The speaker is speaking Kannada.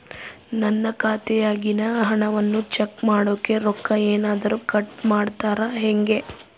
ನನ್ನ ಖಾತೆಯಾಗಿನ ಹಣವನ್ನು ಚೆಕ್ ಮಾಡೋಕೆ ರೊಕ್ಕ ಏನಾದರೂ ಕಟ್ ಮಾಡುತ್ತೇರಾ ಹೆಂಗೆ?